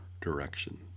direction